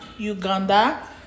Uganda